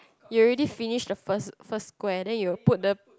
you already finished the first first square then you put the